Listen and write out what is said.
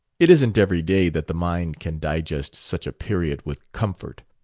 it isn't every day that the mind can digest such a period with comfort.